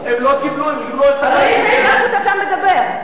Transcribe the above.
הם לא קיבלו, על איזה אזרחות אתה מדבר?